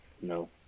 No